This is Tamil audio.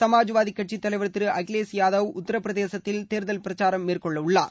சுமாஜ்வாதிக் கட்சித் தலைவர் திரு அகிலேஷ் யாதவ் உத்தரப்பிரதேசத்தில் தேர்தல் பிரச்சாரம் மேற்கொள்ளவுள்ளார்